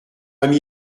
ami